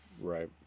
Right